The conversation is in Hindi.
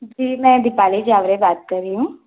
जी मैं दीपाली जावरे बात कर रही हूँ